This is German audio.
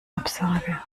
absage